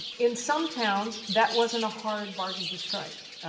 in some towns, that wasn't a hard bargain to strike.